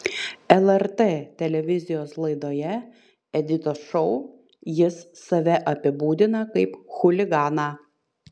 lrt televizijos laidoje editos šou jis save apibūdina kaip chuliganą